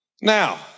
Now